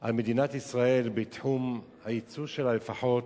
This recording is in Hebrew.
על מדינת ישראל בתחום היצוא שלה לפחות,